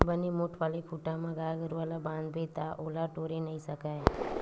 बने मोठ्ठ वाले खूटा म गाय गरुवा ल बांधबे ता ओला टोरे नइ सकय